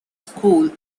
school